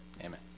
Amen